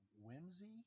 whimsy